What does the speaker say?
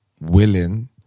willing